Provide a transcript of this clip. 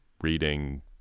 reading